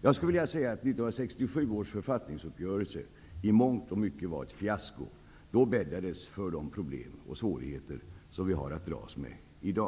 Jag skulle vilja säga att 1967 års författningsuppgörelse i mångt och mycket var ett fiasko. Då bäddades det för de problem och svårigheter som vi i dag har att dras med.